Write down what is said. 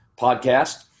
podcast